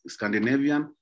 Scandinavian